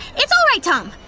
it's all right, tom.